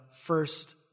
first